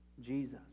Jesus